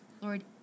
Lord